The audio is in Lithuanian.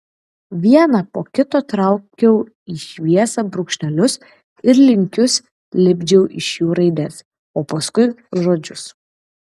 vieną po kito traukiau į šviesą brūkšnelius ir linkius lipdžiau iš jų raides o paskui žodžius